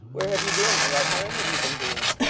where have you been? what harm have you been doing